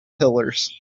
pillars